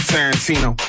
Tarantino